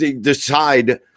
decide